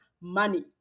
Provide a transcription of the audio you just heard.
money